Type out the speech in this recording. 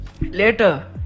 Later